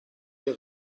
der